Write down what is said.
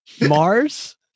Mars